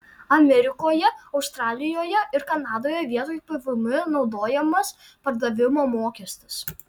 amerikoje australijoje ir kanadoje vietoj pvm naudojamas pardavimo mokestis